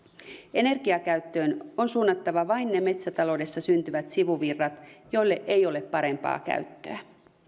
energiakäyttöön on suunnattava vain ne metsätaloudessa syntyvät sivuvirrat joille ei ole parempaa käyttöä